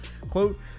Quote